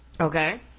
Okay